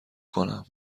کنم